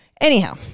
Anyhow